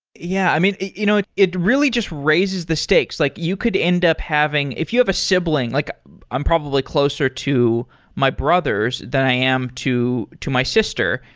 yeah. i mean, it you know really it really just raises the stakes. like you could end up having if you have a siblings, like i'm probably closer to my brothers than i am to to my sister.